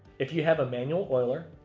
if you have a manual oiler,